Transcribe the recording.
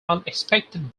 unexpected